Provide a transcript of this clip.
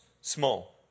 small